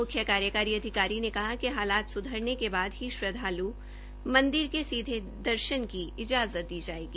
मुख्य कार्यकारी अधिकारी ने कहा कि हालात स्धरने के बाद ही श्रद्धाल् मंदिर के सीधे दर्शन की इज़ाजत दी जायेगी